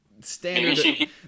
standard